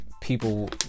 people